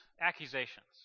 accusations